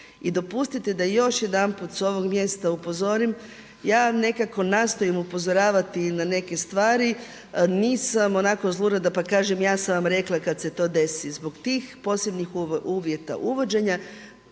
I dopustite da još jedanput s ovog mjesta upozorim ja nekako nastojim upozoravati na neke stvari, nisam onako zlurada pa kažem ja sam vam rekla kada se to desi. Zbog tih posebnih uvjeta uvođenja,